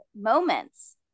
moments